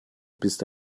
bist